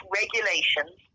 regulations